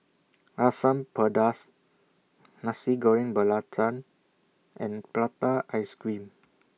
Asam Pedas Nasi Goreng Belacan and Prata Ice Cream